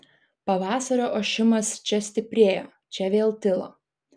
pavasario ošimas čia stiprėjo čia vėl tilo